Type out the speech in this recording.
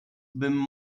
bym